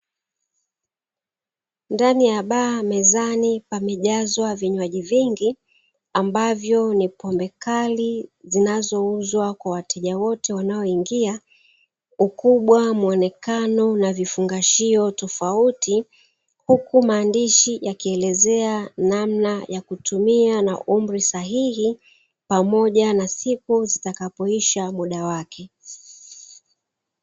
Ndani ya baa mezani pamejazwa vinywaji vingi ambavyo ni pombe kali zinazouzwa kwa wateja wote wanaoingia. Ukubwa mwonekano na vifungashio tofauti huku maandishi yakielezea namna ya kutumia na umri sahihi pamoja na siku zitakapoisha muda wake.